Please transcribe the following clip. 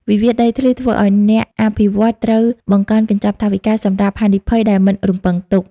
វិវាទដីធ្លីធ្វើឱ្យអ្នកអភិវឌ្ឍន៍ត្រូវបង្កើនកញ្ចប់ថវិកា សម្រាប់ហានិភ័យដែលមិនរំពឹងទុក។